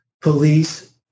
police